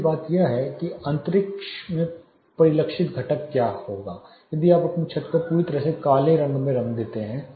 दूसरी बात आंतरिक परिलक्षित घटक है क्या होगा यदि आप अपनी छत को पूरी तरह से काले रंग में रंगते हैं